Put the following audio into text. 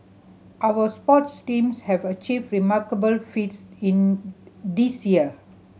our sports teams have achieved remarkable feats in this year